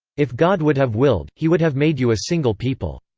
if god would have willed, he would have made you a single people.